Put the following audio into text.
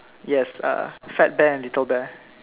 yes uh fat bear and little bear